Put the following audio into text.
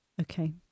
Okay